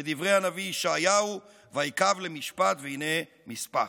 כדברי הנביא ישעיהו "ויקו למשפט והנה משפח",